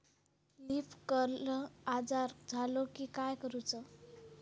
Leaf curl आजार झालो की काय करूच?